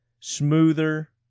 smoother